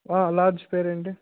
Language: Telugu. లాడ్జ్ పేరేంటి